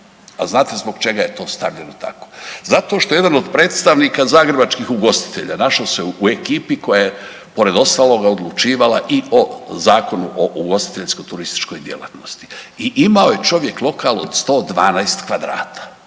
A znate zbog čega je to stavljeno tako? Zato što jedan od predstavnika zagrebačkih ugostitelja našao se u ekipi koja je pored ostaloga odlučivala i o Zakonu o ugostiteljsko-turističkoj djelatnosti i imao je čovjek lokal od 112 kvadrata.